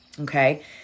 okay